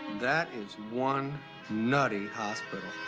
that is one nutty hospital